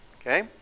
Okay